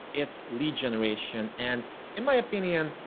it's lead generation, and in my opinion,